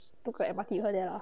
took the M_R_T there ah